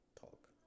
talk